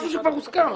משהו שכבר הוסכם,